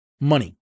money